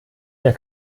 der